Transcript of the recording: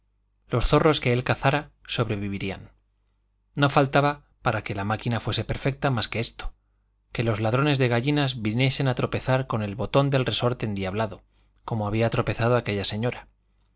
los zorros que él cazara sobrevivirían no faltaba para que la máquina fuese perfecta más que esto que los ladrones de gallinas viniesen a tropezar con el botón del resorte endiablado como había tropezado aquella señora